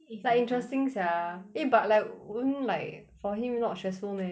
is like interesting sia eh but like won't like for him not stressful meh